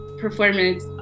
performance